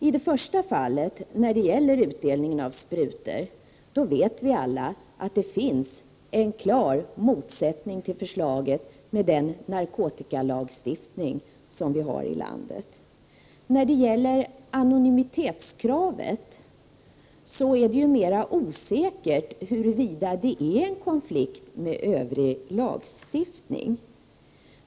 I det första fallet, alltså när det gäller fri utdelning av sprutor, känner vi alla till den klara motsättningen mellan förslaget och den narkotikalagstiftning Sverige har. Däremot är det mer osäkert huruvida anonymitetskravet står i konflikt med övrig lagstiftning.